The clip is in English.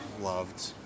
loved